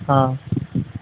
ہاں